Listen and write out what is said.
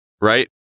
right